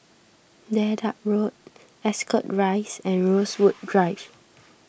Dedap Road Ascot Rise and Rosewood Drive